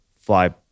fly